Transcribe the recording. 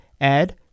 Add